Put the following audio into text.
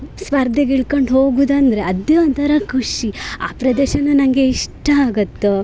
ಸ್ಪರ್ಧೆಗೆ ಇಳ್ಕೊಂಡು ಹೋಗುವುದಂದ್ರೆ ಅದೇ ಒಂಥರ ಖುಷಿ ಆ ಪ್ರದೇಶ ನನಗೆ ಇಷ್ಟ ಆಗತ್ತೊ